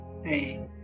stay